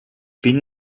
bin